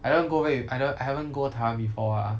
I don't go over if I never I haven't go taiwan before ah